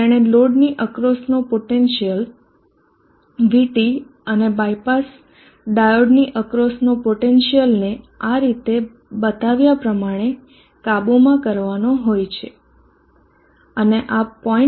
તેણે લોડની અક્રોસ નો પોટેન્સીયલ VT અને બાયપાસ ડાયોડની અક્રોસ નો પોટેન્સીયલ ને આ રીતે બતાવ્યા પ્રમાણે કાબુમાં કરવાનો હોય છે અને આ 0